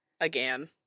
again